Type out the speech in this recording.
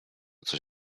coś